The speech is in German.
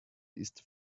ist